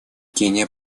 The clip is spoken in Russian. кения